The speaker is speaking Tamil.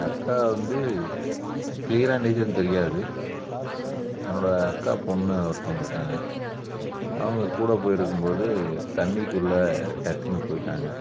அக்கா வந்து க்ளியராக நீச்சல் தெரியாது என்னோடய அக்கா பொண்ணு ஒருத்தங்க இருக்காங்க அவங்கக் கூட போய்ருக்கும் போது தண்ணிக்குள்ளே டக்குனு போய்ட்டாங்க